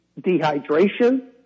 dehydration